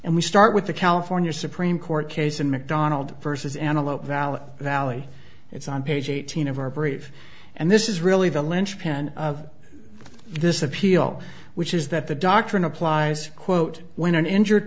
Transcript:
and we start with the california supreme court case in mcdonald versus an a low value valley it's on page eighteen of our brave and this is really the linchpin of this appeal which is that the doctrine applies quote when an injured